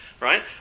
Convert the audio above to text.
right